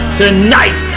tonight